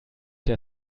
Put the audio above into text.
der